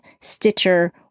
Stitcher